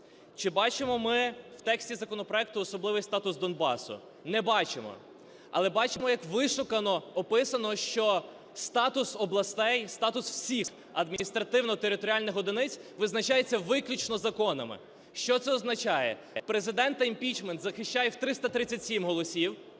Чи бачимо ми в тексті законопроекту особливий статус Донбасу? Не бачимо, але бачимо, як вишукано описано, що статус областей, статус всіх адміністративно-територіальних одиниць визначається виключно законами. Що це означає? Президента імпічмент захищає в 337 голосів,